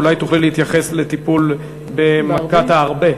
אולי תוכלי להתייחס לטיפול במכת הארבה